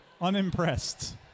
unimpressed